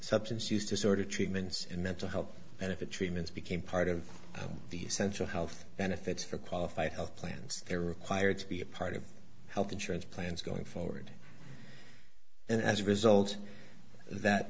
substance used to sort of treatments and mental health benefit treatments became part of the essential health benefits for qualified health plans are required to be a part of health insurance plans going forward and as a result that